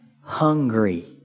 hungry